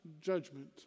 judgment